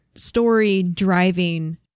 story-driving